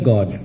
God